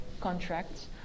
contracts